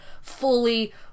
fully